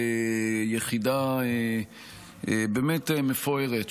היא יחידה באמת מפוארת,